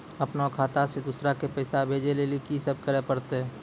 अपनो खाता से दूसरा के पैसा भेजै लेली की सब करे परतै?